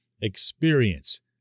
experience